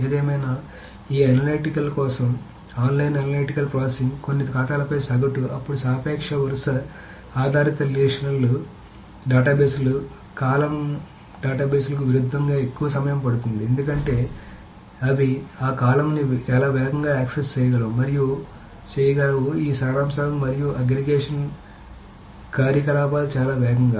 ఏదేమైనా ఈ అనలిటికల్ కోసం ఆన్లైన్ అనలిటికల్ ప్రాసెసింగ్ అన్ని ఖాతాలపై సగటు అప్పుడు సాపేక్ష వరుస ఆధారిత రిలేషనల్ డేటాబేస్లు కాలమ్ డేటాబేస్లకు విరుద్ధంగా ఎక్కువ సమయం పడుతుంది ఎందుకంటే అవి ఆ కాలమ్ని చాలా వేగంగా యాక్సెస్ చేయగలవు మరియు చేయగలవు ఈ సారాంశాలు మరియు అగ్రిగేషన్ కార్యకలాపాలు చాలా వేగంగా